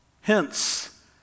Hence